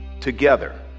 together